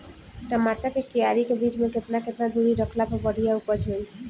टमाटर के क्यारी के बीच मे केतना केतना दूरी रखला पर बढ़िया उपज होई?